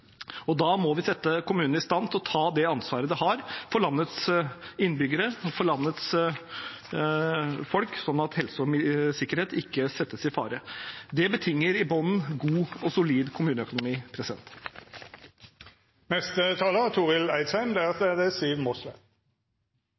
og da må vi sette kommunene i stand til å ta det ansvaret de har for landets innbyggere, sånn at helse og sikkerhet ikke settes i fare. Det betinger i bunnen god og solid kommuneøkonomi.